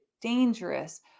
dangerous